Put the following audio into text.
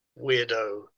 weirdo